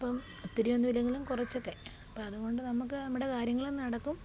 ഇപ്പോള് ഒത്തിരിയൊന്നും ഇല്ലെങ്കിലും കുറച്ചൊക്കെ അപ്പോള് അതുകൊണ്ട് നമ്മള്ക്ക് നമ്മുടെ കാര്യങ്ങളും നടക്കും